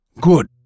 Good